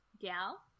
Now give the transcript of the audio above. Gal